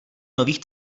nových